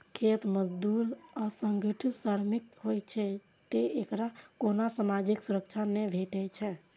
खेत मजदूर असंगठित श्रमिक होइ छै, तें एकरा कोनो सामाजिक सुरक्षा नै भेटै छै